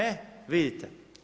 E vidite.